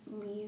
leave